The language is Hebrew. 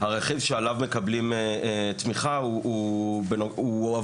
הרכיב שעליו מקבלים תמיכה הוא עבור